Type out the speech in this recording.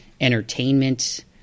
entertainment